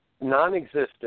non-existent